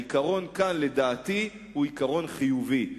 העיקרון כאן לדעתי הוא עיקרון חיובי.